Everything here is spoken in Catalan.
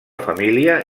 família